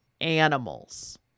animals